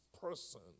person